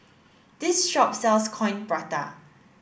this shop sells coin prata